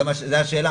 זאת השאלה,